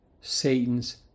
Satan's